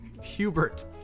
Hubert